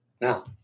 Now